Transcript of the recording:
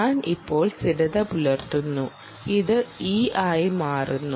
ഞാൻ ഇപ്പോൾ സ്ഥിരത പുലർത്തുന്നു ഇത് E ആയി മാറുന്നു